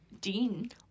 dean